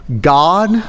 God